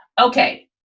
Okay